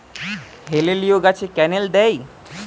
হেলিলিও গাছে ক্যানেল দেয়?